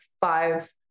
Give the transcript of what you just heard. five